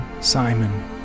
Simon